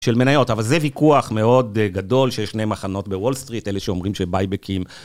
של מניות, אבל זה ויכוח מאוד גדול, שיש שני מחנות בוול סטריט, אלה שאומרים שbuy-backים.